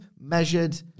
measured